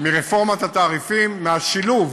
מרפורמת התעריפים, מהשילוב